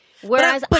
Whereas